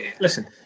listen